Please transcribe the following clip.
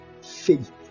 faith